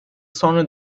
sonra